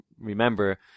remember